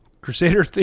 Crusader